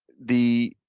the